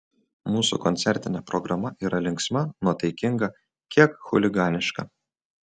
mūsų koncertinė programa yra linksma nuotaikinga kiek chuliganiška